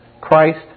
Christ